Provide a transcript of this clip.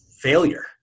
failure